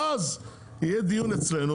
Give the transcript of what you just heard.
יהיה אצלנו דיון,